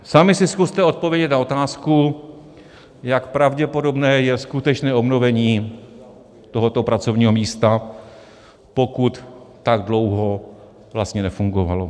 Sami si zkuste odpovědět na otázku, jak pravděpodobné je skutečné obnovení tohoto pracovního místa, pokud tak dlouho vlastně nefungovalo.